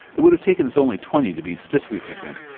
it would have taken us only twenty to be statistically significant.